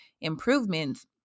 improvements